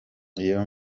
iyo